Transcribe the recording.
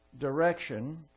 direction